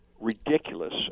ridiculous